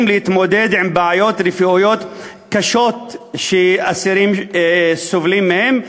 להתמודד עם בעיות רפואיות קשות שאסירים סובלים מהן.